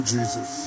Jesus